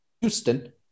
Houston